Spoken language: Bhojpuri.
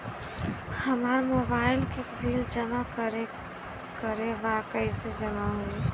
हमार मोबाइल के बिल जमा करे बा कैसे जमा होई?